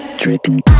Dripping